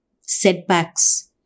setbacks